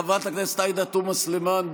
חברת הכנסת עאידה תומא סלימאן,